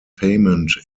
payment